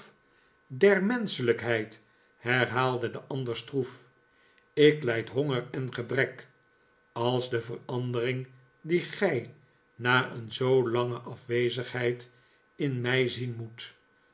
der menschelijkheid herhaalde de ander stroef ik lijd honger en gebrek als de verandering die gij na een zoo lange afwezigheid in mij zien moet